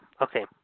Okay